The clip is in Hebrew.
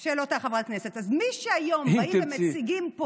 אז מי שהיום באים ומציגים פה,